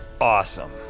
Awesome